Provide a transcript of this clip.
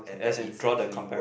and that it is actually worth